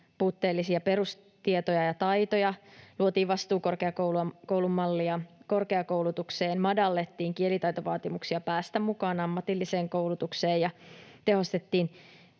puutteellisia perustietoja ja taitoja. Luotiin vastuukorkeakoulun mallia korkeakoulutukseen, madallettiin kielitaitovaatimuksia päästä mukaan ammatilliseen koulutukseen, tehostettiin